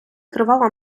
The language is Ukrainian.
тривала